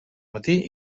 matí